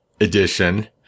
edition